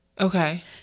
Okay